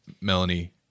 Melanie